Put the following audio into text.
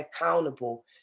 accountable